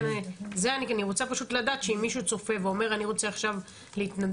אני רוצה פשוט לדעת שאם מישהו צופה ואומר אני רוצה עכשיו להתנדב,